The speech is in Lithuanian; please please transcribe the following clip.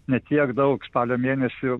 ne tiek daug spalio mėnesį jo